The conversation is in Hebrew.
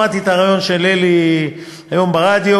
שמעתי את הריאיון של אלי היום ברדיו,